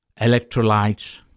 electrolytes